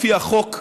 לפי החוק,